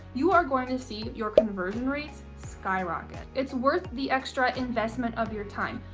you are going to see your conversion rates skyrocket. it's worth the extra investment of your time.